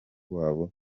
wabo